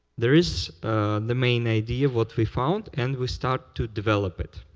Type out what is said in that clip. there is the main idea, what we found, and we started to develop it.